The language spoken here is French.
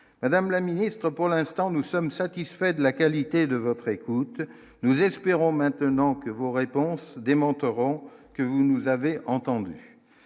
madame la ministre, pour l'instant, nous sommes satisfaits de la qualité de votre écoute, nous espérons maintenant que vos réponses démontreront que vous nous avez entendu